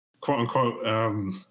quote-unquote